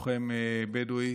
לוחם בדואי,